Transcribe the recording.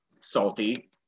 salty